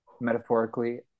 metaphorically